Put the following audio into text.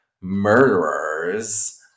murderers